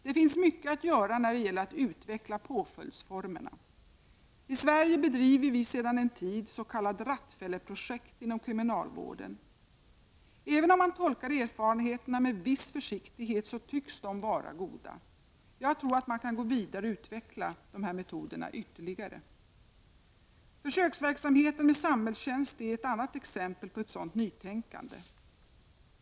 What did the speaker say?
Det finns mycket att göra när det gäller att utveckla formerna för påföljd. I Sverige bedriver vi sedan en tid s.k. Rattfälleprojekt inom kriminalvården. Även om man tolkar erfarenheterna med viss försiktighet tycks de vara goda. Jag tror att man kan gå vidare och utveckla dessa metoder ytterligare. Försöksverksamheten med samhällstjänst är ett annat exempel på ett sådant nytänkande.